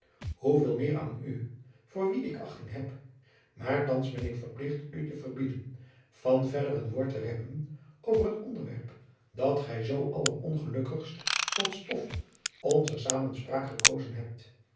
veel meer aan u voor wie ik achting heb maar thands ben ik verplicht u te verbieden van verder een woord te reppen over het onderwerp dat gij zoo allerongelukkigst tot stof onzer samenspraak gekozen hebt